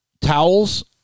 Towels